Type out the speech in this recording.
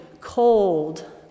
cold